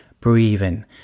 breathing